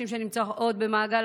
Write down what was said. רגע אני רואה שיש פה,